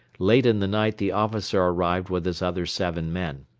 late in the night the officer arrived with his other seven men.